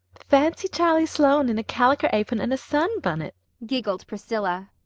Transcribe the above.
fancy charlie sloane in a caliker apron and a sunbunnit, giggled priscilla.